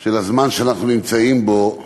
של הזמן שאנחנו נמצאים בו זה: